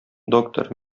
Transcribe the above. доктор